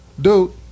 dude